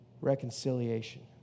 reconciliation